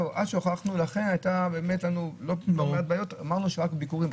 לכן היו לנו בעיות ואמרנו שרק ביקורים.